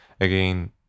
again